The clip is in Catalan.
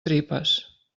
tripes